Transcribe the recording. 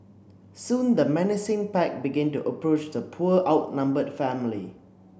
soon the menacing pack began to approach the poor outnumbered family